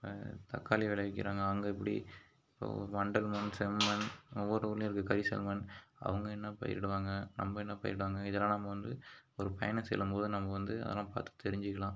தக்காளி விளைவிக்கிறாங்க அங்கே எப்படி இப்போ வண்டல் மண் செம்மண் ஒவ்வொரு ஊரில் இருக்கு கரிசல் மண் அவங்க என்ன பயிரிடுவாங்க நம்ம என்ன பயிரிடுவாங்க இதெல்லாம் நம்ம வந்து ஒரு பயணம் செல்லும் போது நமக்கு வந்து அதெல்லாம் பார்த்து தெரிஞ்சிக்கலாம்